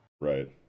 Right